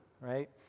right